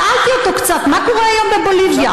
שאלתי אותו קצת מה קורה היום בבוליביה.